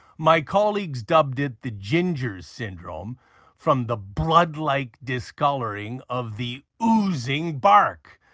my colleagues dubbed it the ginger syndrome from the blood-like discolouring of the oozing bark.